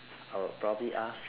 I'll probably ask